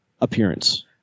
appearance